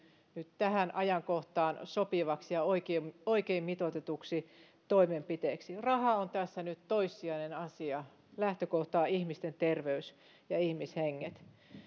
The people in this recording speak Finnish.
nyt tähän ajankohtaan sopivaksi ja oikein oikein mitoitetuksi toimenpiteeksi raha on tässä nyt toissijainen asia lähtökohtana on ihmisten terveys ja ihmishenget